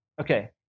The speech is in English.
Okay